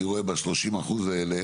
אני רואה ב-30% האלה